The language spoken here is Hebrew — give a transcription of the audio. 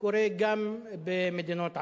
קורה גם במדינות ערב,